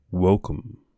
Welcome